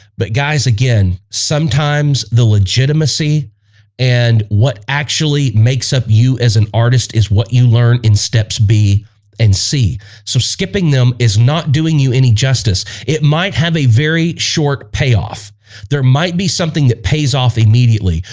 but guys again sometimes the legitimacy and what actually makes up you as an artist is what you learn in steps b and c so skipping them is not doing you any justice. it might have a very short payoff there might be something that pays off immediately,